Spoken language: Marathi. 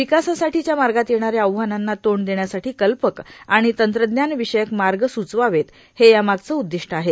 विकासासाठीच्या मार्गात येणाऱ्या आव्हानांना तोंड देण्यासाठी कल्पक आणि तंत्रज्ञानविषयक मार्ग स्चवावेत हे यामागचे उद्दिष्ट आहे